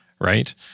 Right